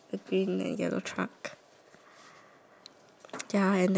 ya and then uh to the left there's a